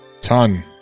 Ton